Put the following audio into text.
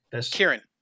Kieran